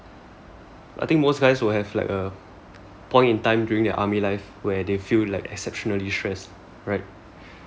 I think most guys would have like a point in time in army life where they feel like exceptionally stressed right